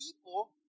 people